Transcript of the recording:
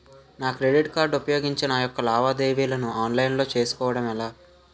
నా credit card ఉపయోగించి నా యెక్క లావాదేవీలను ఆన్లైన్ లో చేసుకోవడం ఎలా?